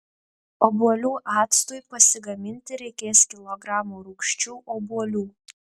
obuolių actui pasigaminti reikės kilogramo rūgščių obuolių